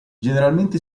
generalmente